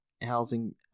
Housing